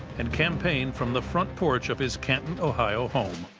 and campaigned from the front porch of his canton, ohio home.